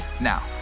Now